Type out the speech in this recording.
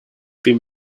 been